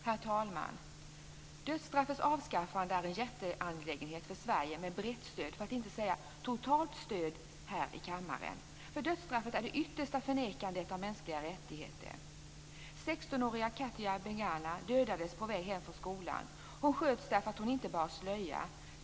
Herr talman! Dödsstraffets avskaffande är en hjärteangelägenhet för Sverige med brett stöd, för att inte säga totalt stöd, här i kammaren. Dödsstraffet är det yttersta förnekandet av mänskliga rättigheter. 16-åriga Katia Bengana dödades på väg hem från skolan. Hon sköts därför att hon inte bar slöja.